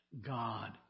God